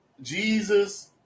Jesus